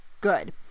good